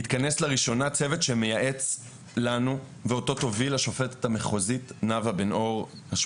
יתכנס לראשונה צוות שמייעץ לנו ואותו תוביל השופטת המחוזית בדימוס